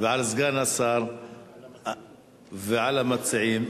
ועל סגן השר ועל המציעים,